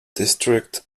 district